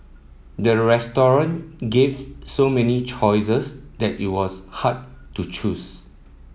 the restaurant gave so many choices that it was hard to choose